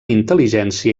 intel·ligència